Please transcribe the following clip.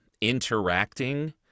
interacting